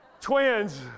Twins